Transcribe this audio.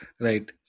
right